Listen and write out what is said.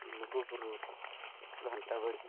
ᱞᱩᱜᱩ ᱵᱩᱨᱩ ᱜᱷᱟᱱᱴᱟ ᱵᱟᱲᱮ